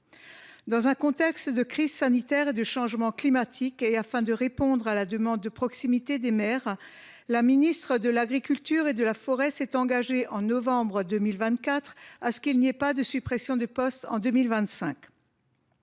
Dans un contexte de crise sanitaire et de changement climatique, et afin de répondre à la demande de proximité des maires, le ministère de l’agriculture, de la souveraineté alimentaire et de la forêt s’était engagé en novembre 2024 à ce qu’il n’y ait pas de suppressions de postes en 2025.